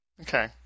Okay